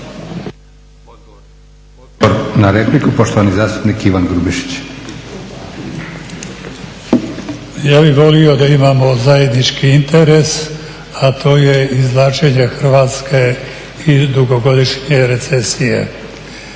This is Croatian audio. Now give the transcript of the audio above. Ja bih volio da imamo zajednički interes, a to je izvlačenje Hrvatske iz dugogodišnje recesije.